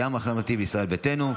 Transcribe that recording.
המחנה הממלכתי וישראל ביתנו,